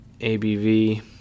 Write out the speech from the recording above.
ABV